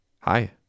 Hi